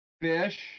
Fish